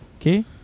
Okay